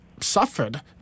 suffered